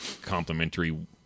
complimentary